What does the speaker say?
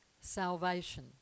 salvation